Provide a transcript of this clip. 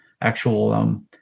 actual